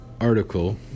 article